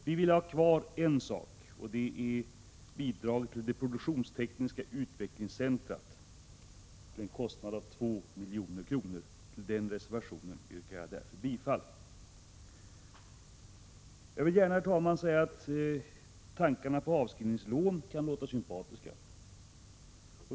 Vi vill ha kvar en sak — bidraget till produktionstekniska utvecklingscentret, till en kostnad av 2 milj.kr. Till den reservationen yrkar jag därför bifall. Herr talman! Jag vill gärna säga att tankarna på avskrivningslån låter sympatiska.